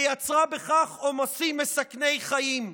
ויצרה בכך עומסים מסכני חיים.